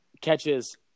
catches